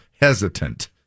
hesitant